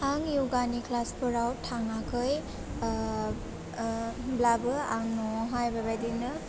आं एवगानि क्लासफोराव थाङाखै ओह ओह होनब्लाबो आं न'आवहाय बेबायदिनो